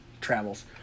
travels